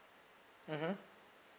mmhmm